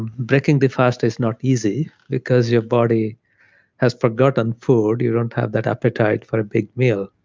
breaking the fast is not easy because your body has forgotten food. you don't have that appetite for a big meal.